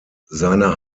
seine